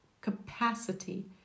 capacity